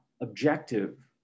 objective